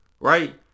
right